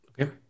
Okay